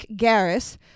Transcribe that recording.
Garris